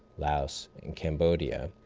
laos and cambodia,